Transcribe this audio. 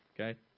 Okay